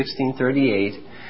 1638